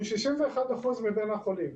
הם 61% מבין החולים,